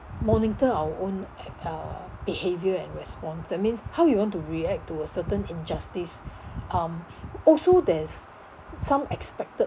monitor our own a~ uh behaviour and response that means how you want to react to a certain injustice um also there's some expected